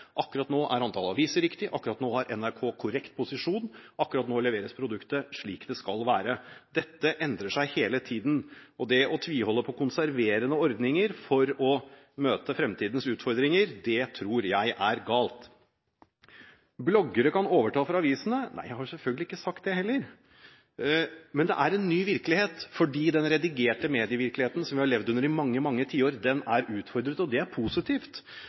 Akkurat nå er antallet aviser riktig. Akkurat nå har NRK korrekt posisjon. Akkurat nå leveres produktet slik det skal være. Dette endrer seg hele tiden, og det å tviholde på konserverende ordninger for å møte fremtidens utfordringer, tror jeg er galt. Bloggere kan overta for avisene: Nei, jeg har selvfølgelig ikke sagt det heller. Men det er en ny virkelighet, fordi den redigerte medievirkeligheten, som vi har levd med i mange tiår, er utfordret, og det er positivt,